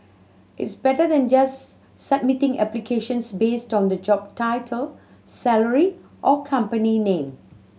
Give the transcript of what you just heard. it's better than just submitting applications based on the job title salary or company name